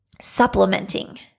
Supplementing